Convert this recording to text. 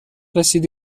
رسیدی